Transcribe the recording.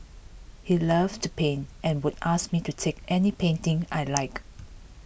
he loved to paint and would ask me to take any painting I liked